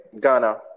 Ghana